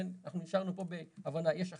לכן אנחנו השארנו פה בהבנה, יש אחראי,